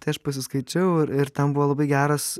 tai aš pasiskaičiau ir ir ten buvo labai geras